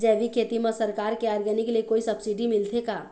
जैविक खेती म सरकार के ऑर्गेनिक ले कोई सब्सिडी मिलथे का?